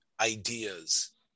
ideas